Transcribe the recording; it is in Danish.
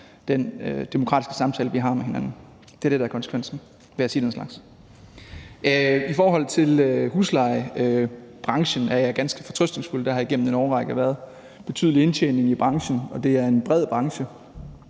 den demokratiske samtale, vi har med hinanden. Det er det, der er konsekvensen ved at sige den slags. I forhold til huslejebranchen er jeg ganske fortrøstningsfuld. Der har igennem en årrække været en betydelig indtjening i branchen, og det er en bred branche